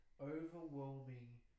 overwhelming